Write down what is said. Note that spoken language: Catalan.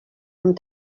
amb